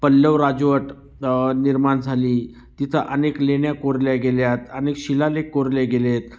पल्लव राजवट निर्माण झाली तिथं अनेक लेण्या कोरल्या गेल्यात अनेक शिलालेख कोरले गेलेत